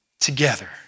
together